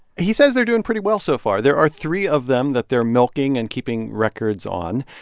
he says they're doing pretty well so far. there are three of them that they're milking and keeping records on.